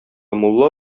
мулла